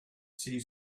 see